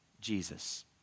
Jesus